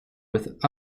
with